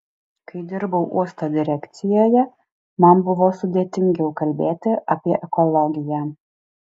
kai dirbau uosto direkcijoje man buvo sudėtingiau kalbėti apie ekologiją